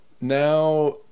now